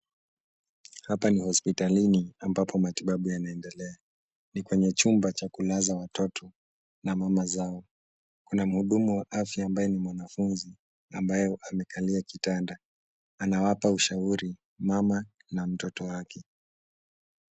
Hapa ni hospitalini ambapo matibabu yanaendelea. Ni kwenye chumba cha kulaza watoto na mama zao. Kuna mhudumu wa afya ambaye ni mwanafunzi ambaye amekalia kitanda. Anawapa ushauri mama na mtoto wake.